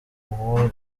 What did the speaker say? uwo